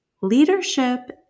leadership